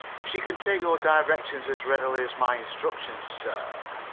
if she can take your directions as readily as my instructions, sir,